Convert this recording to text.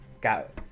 got